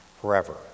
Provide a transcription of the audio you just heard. forever